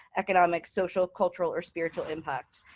economic, social, cultural, or spiritual impact.